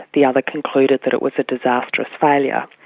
the other concluded that it was a disastrous failure.